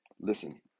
Listen